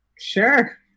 Sure